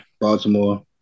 Baltimore